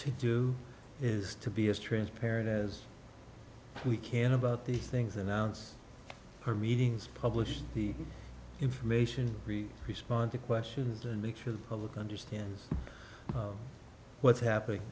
to do is to be as transparent as we can about these things announce her meetings publish the information respond to questions and make sure the public understands what's happening